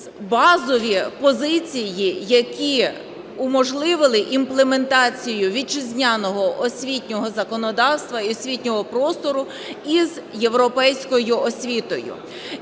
базові позиції, які уможливили імплементацію вітчизняного освітнього законодавства і освітнього простору із європейською освітою.